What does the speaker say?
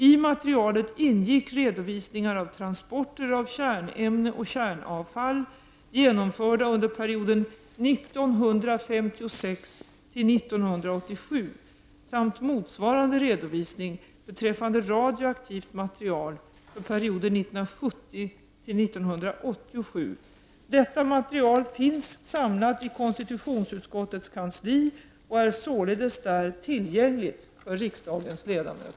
I materialet ingick redovisningar av transporter av kärnämne och kärnavfall genomförda under perioden 1956—1987 samt motsvarande redovisning beträffande radioaktivt material för perioden 1970-1987. Detta material finns samlat i konstitutionsutskottets kansli och är således där tillgängligt för riksdagens ledamöter.